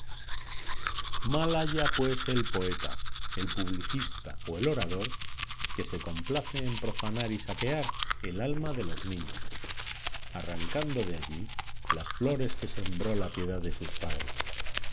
haya pues el poeta el publicista o el orador que se complace en profanar y saquear el alma de los niños arrancando de allí las flores que sembró la piedad de sus padres